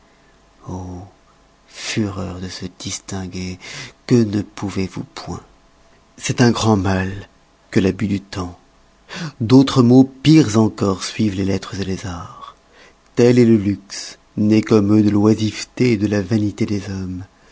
fureur de se distinguer que ne pouvez-vous point c'est un grand mal que l'abus du temps d'autres maux pires encore suivent les lettres les arts tel est le luxe né comme eux de l'oisiveté de la vanité des hommes